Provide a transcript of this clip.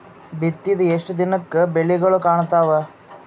ಬಿತ್ತಿದ ಎಷ್ಟು ದಿನಕ ಬೆಳಿಗೋಳ ಕಾಣತಾವ?